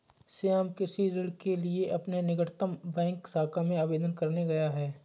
श्याम कृषि ऋण के लिए अपने निकटतम बैंक शाखा में आवेदन करने गया है